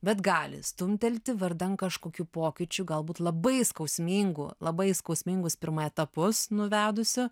bet gali stumtelti vardan kažkokių pokyčių galbūt labai skausmingų labai skausmingus pirma etapus nuvedusi